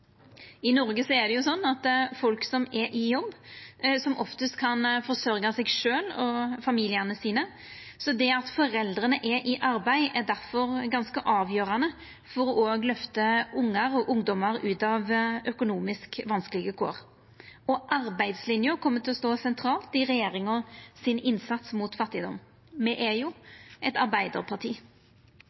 I Noreg er det sånn at folk som er i jobb, som oftast kan forsørgja seg sjølve og familiane sine, så det at foreldra er i arbeid, er difor ganske avgjerande for å løfta ungar og ungdomar ut av økonomisk vanskelege kår. Arbeidslinja kjem til å stå sentralt i regjeringas innsats mot fattigdom. Me er jo eit arbeidarparti.